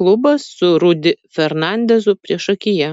klubas su rudy fernandezu priešakyje